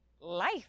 life